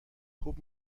خوب